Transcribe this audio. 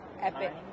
Epic